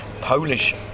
Polish